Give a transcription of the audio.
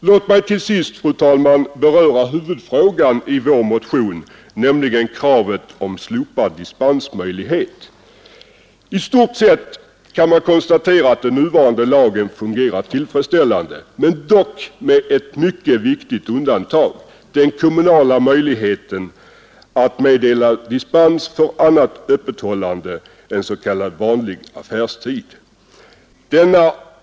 Låt mig så, fru talman, beröra huvudfrågan i vår motion, nämligen kravet på att dispensmöjligheten slopas. I stort sett kan man konstatera att den nuvarande lagen fungerar tillfredsställande, dock med ett mycket viktigt undantag: den kommunala möjligheten att meddela dispens för annat öppethållande än s.k. vanlig affärstid.